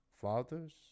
fathers